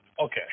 Okay